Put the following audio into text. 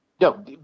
No